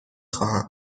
خواهم